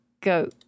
go